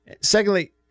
Secondly